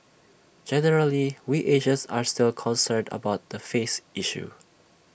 generally we Asians are still concerned about the face issue